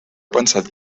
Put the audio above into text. pensat